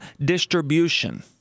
distribution